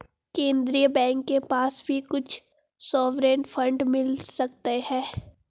केन्द्रीय बैंक के पास भी कुछ सॉवरेन फंड मिल सकते हैं